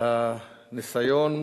הניסיון